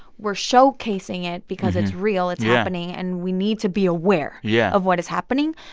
we're showcasing it because it's real. it's happening. and we need to be aware yeah of what is happening.